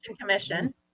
commission